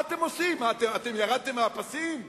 מה אתם עושים, אתם ירדתם מהפסים?